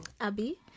Abby